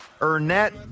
Ernest